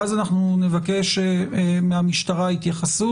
ואז נבקש את התייחסות המשטרה.